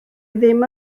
ddim